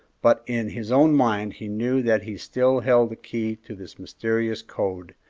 but in his own mind he knew that he still held the key to this mysterious code,